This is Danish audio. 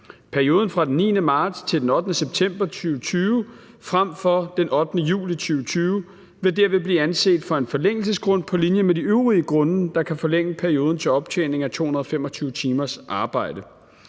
Perioden fra den 9. marts til den 8. september 2020 frem for den 8. juli 2020 vil derved blive anset for en forlængelsesgrund på linje med de øvrige grunde, der kan forlænge perioden til optjening af 225 timers arbejde.